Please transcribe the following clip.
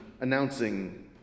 announcing